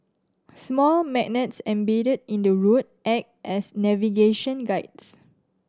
small magnets embedded in the road act as navigation guides